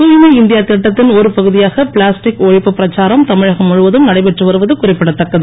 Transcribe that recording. தூய்மை இந்தியா திட்டத்தின் ஒரு பகுதியாக பிளாஸ்டிக் ஒழிப்பு பிரச்சாரம் தமிழகம் முழுவதும் நடைபெற்று வருவது குறிப்பிடத்தக்கது